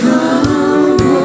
Come